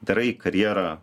darai karjerą